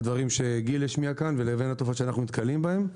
שגיל השמיע כאן לבין התופעות שאנחנו נתקלים בהם.